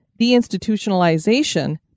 Deinstitutionalization